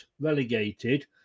relegated